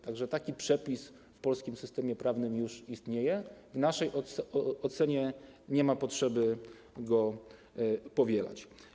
Tak że taki przepis w polskim systemie prawnym już istnieje, w naszej ocenie nie ma potrzeby go powielać.